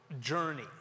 journey